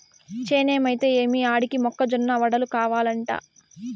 చేనేమైతే ఏమి ఆడికి మొక్క జొన్న వడలు కావలంట